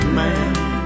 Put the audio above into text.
man